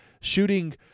shooting